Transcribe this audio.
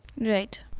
Right